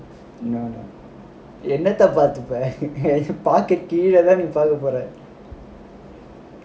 என்னத்த பார்த்துப என்:ennatha paarthupa en pocket கீழ தான் நீ போக போற:keezha thaan nee poga pora